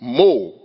more